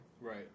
Right